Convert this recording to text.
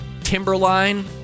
timberline